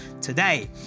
today